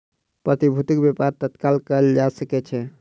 प्रतिभूतिक व्यापार तत्काल कएल जा सकै छै